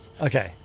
Okay